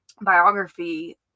biography